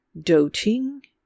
doting